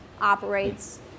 operates